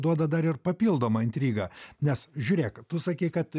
duoda dar ir papildomą intrigą nes žiūrėk tu sakei kad